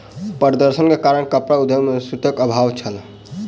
प्रदर्शन के कारण कपड़ा उद्योग में सूतक अभाव छल